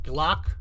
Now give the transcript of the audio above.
Glock